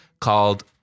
called